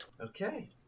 Okay